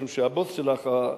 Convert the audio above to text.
משום שהבוס שלך,